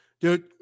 Dude